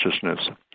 consciousness